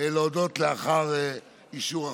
להודות לאחר אישור החוק.